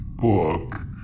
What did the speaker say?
book